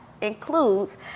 includes